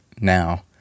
now